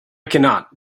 cannot